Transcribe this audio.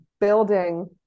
building